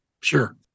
Sure